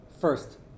first